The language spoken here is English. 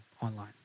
online